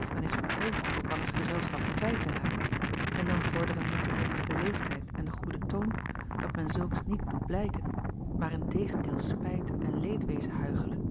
f men is verheugd elkanders gezelschap kwijt te raken en dan vorderen niette min de beleefdheid en de goede toon dat men zulks niet doe blijken maar in tegendeel spijt en leedwezen huichele